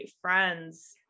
friends